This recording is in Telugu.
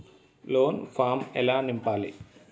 లోన్ ఫామ్ ఎలా నింపాలి?